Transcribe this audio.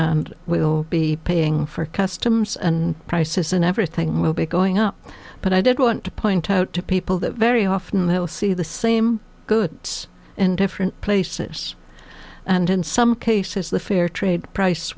and we'll be paying for customs and prices and everything will be going up but i did want to point out to people that very often they will see the same good it's in different places and in some cases the fair trade price